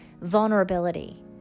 vulnerability